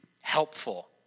helpful